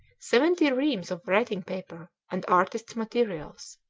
seventy reams of writing-paper, and artists' materials.